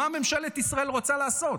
מה ממשלת ישראל רוצה לעשות?